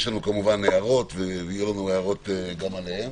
כמובן, יש לנו הערות ויהיו לנו הערות גם עליהן.